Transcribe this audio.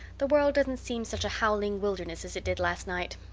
the world doesn't seem such a howling wilderness as it did last night.